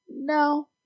No